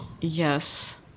Yes